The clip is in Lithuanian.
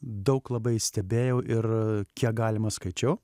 daug labai stebėjau ir kiek galima skaičiau